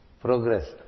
progress